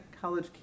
college